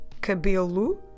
cabelo